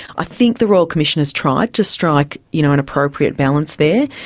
i think the royal commission has tried to strike you know an appropriate balance there,